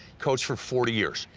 coach for forty years.